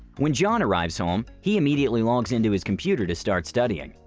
when john arrives home, he immediately logs into his computer to start studying.